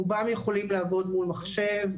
רובם יכולים לעבוד מול מחשב,